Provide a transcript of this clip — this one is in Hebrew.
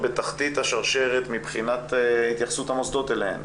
בתחתית השרשרת מבחינת התייחסות המוסדות אליהן,